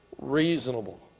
reasonable